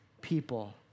people